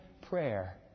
prayer